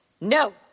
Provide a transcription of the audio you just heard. no